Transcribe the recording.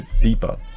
deeper